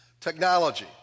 Technology